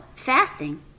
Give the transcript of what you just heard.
Fasting